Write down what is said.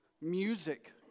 music